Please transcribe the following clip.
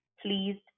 pleased